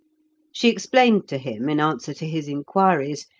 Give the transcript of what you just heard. she explained to him, in answer to his inquiries,